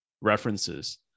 references